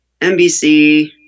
NBC